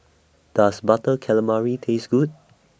Does Butter Calamari Taste Good